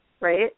right